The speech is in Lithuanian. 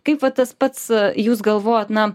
kaip va tas pats jūs galvojot na